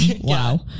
Wow